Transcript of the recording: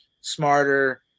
smarter